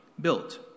Built